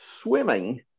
Swimming